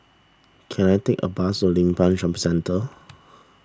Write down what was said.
can I take a bus to Limbang Shopping Centre